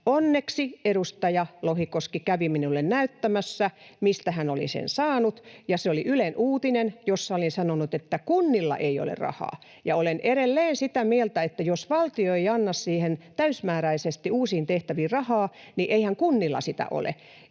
Onneksi edustaja Lohikoski kävi minulle näyttämässä, mistä hän oli sen tiedon saanut. Se oli Ylen uutinen, jossa olin sanonut, että kunnilla ei ole rahaa. Ja olen edelleen sitä mieltä, että jos valtio ei anna täysimääräisesti uusiin tehtäviin rahaa, niin eihän kunnilla sitä ole.